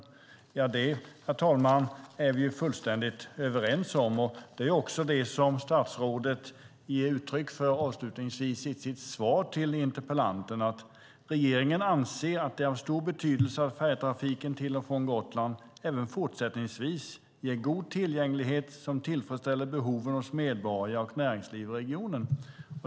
Det, herr talman, är vi fullständigt överens om. Det är också vad statsrådet ger uttryck för avslutningsvis i sitt svar till interpellanten: "Regeringen anser att det är av stor betydelse att färjetrafiken till och från Gotland även fortsättningsvis ger god tillgänglighet som tillfredsställer behoven hos medborgare och näringsliv i regionen."